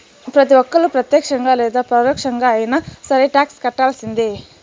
ప్రతి ఒక్కళ్ళు ప్రత్యక్షంగా లేదా పరోక్షంగా అయినా సరే టాక్స్ కట్టాల్సిందే